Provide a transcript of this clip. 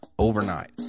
Overnight